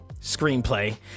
screenplay